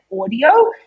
audio